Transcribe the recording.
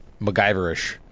MacGyverish